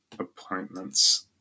Appointments